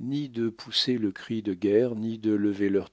ni de pousser le cri de guerre ni de lever leur